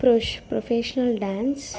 ప్రొష్ professional dance